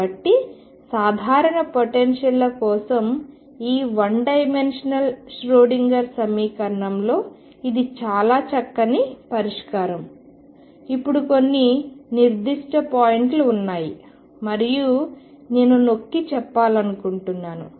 కాబట్టి సాధారణ పొటెన్షియల్ల కోసం ఈ 1 డైమెన్షనల్ ష్రోడింగర్ సమీకరణంలో ఇది చాలా చక్కని పరిష్కారం ఇప్పుడు కొన్ని నిర్దిష్ట పాయింట్లు ఉన్నాయి మరియు నేను నొక్కి చెప్పాలనుకుంటున్నాను